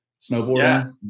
Snowboarding